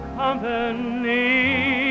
company